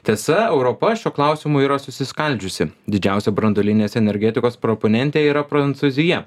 tiesa europa šiuo klausimu yra susiskaldžiusi didžiausia branduolinės energetikos proponentė yra prancūzija